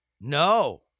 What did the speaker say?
No